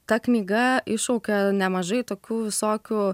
ta knyga iššaukia nemažai tokių visokių